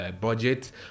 budget